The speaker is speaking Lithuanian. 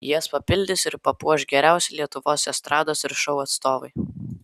jas papildys ir papuoš geriausi lietuvos estrados ir šou atstovai